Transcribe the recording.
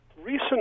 recent